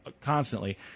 constantly